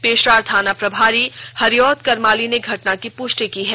पेशरार थाना प्रभारी हरिऔध करमाली ने घटना की पुष्टि की है